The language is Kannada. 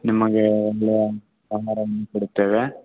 ನಿಮಗೆ